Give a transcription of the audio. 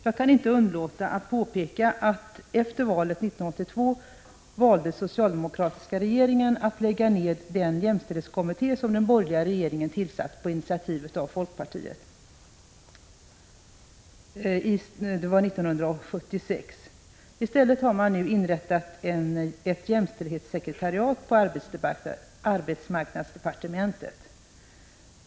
Jag kan inte underlåta att påpeka att den socialdemokratiska regeringen efter valet 1982 valde att lägga ned den jämställdhetskommitté som den borgerliga regeringen på initiativ av folkpartiet tillsatte år 1976. I stället har man nu inrättat ett jämställdhetssekretariat inom arbetsmarknadsdepartementet.